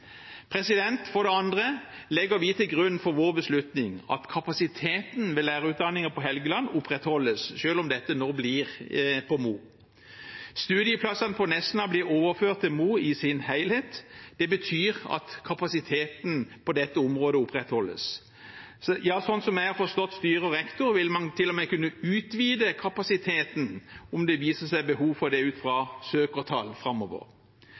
For det andre legger vi til grunn for vår beslutning at kapasiteten ved lærerutdanningen på Helgeland opprettholdes, selv om dette nå blir på Mo. Studieplassene på Nesna blir overført til Mo i sin helhet. Det betyr at kapasiteten på dette området opprettholdes. Slik jeg har forstått styret og rektor, vil man til og med kunne utvide kapasiteten om det viser seg behov for det ut fra